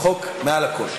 החוק מעל הכול.